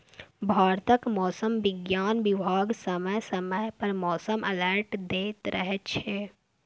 भारतक मौसम बिज्ञान बिभाग समय समय पर मौसम अलर्ट दैत रहै छै